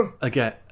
Again